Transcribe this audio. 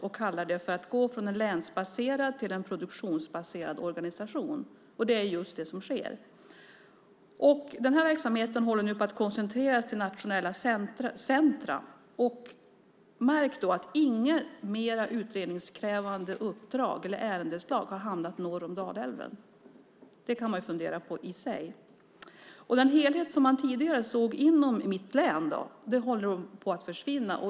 Hon kallar det för att gå från en länsbaserad till en produktionsbaserad organisation, och det är just det som sker. Den här verksamheten håller nu på att koncentreras till nationella centrum. Märk då att inga mer utredningskrävande uppdrag eller ärendeslag har hamnat norr om Dalälven - det i sig kan man ju fundera på. Och den helhet som man tidigare såg inom mitt län håller på att försvinna.